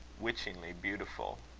witchingly beautiful.